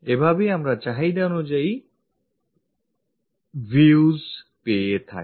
এভাবেই আমরা চাহিদা অনুযায়ী views পেয়ে যাই